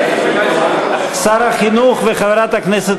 שר החינוך וחברת הכנסת